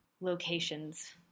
locations